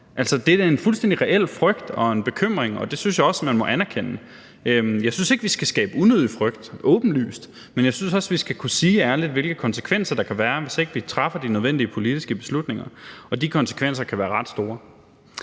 Det er da en fuldstændig reel frygt og bekymring. Det synes jeg også man må anerkende. Jeg synes ikke, at vi skal skabe unødig frygt, men jeg synes også, at vi ærligt skal kunne sige, hvilke konsekvenser der kan være, hvis vi ikke træffer de nødvendige politiske beslutninger – og de konsekvenser kan være ret store.